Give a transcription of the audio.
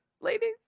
ladies